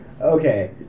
Okay